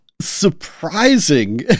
surprising